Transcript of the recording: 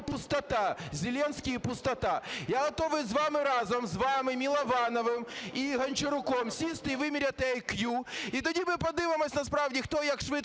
пустота, Зеленский и пустота". Я готовий з вами разом, з вами, Миловановим і Гончаруком сісти і виміряти IQ. І тоді ми подивимося насправді, хто як швидко